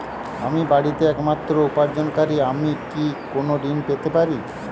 আমি বাড়িতে একমাত্র উপার্জনকারী আমি কি কোনো ঋণ পেতে পারি?